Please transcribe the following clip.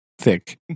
thick